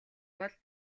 бол